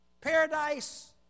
Paradise